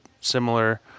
similar